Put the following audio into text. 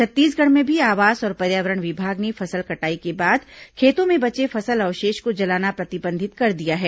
छत्तीसगढ़ में भी आवास और पर्यावरण विमाग ने फसल कटाई के बाद खेतों में बचे फसल अवशेष को जलाना प्रतिबंधित कर दिया है